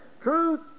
truth